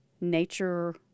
nature